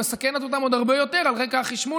ומסכנת אותם עוד הרבה יותר על רקע החשמול